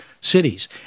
cities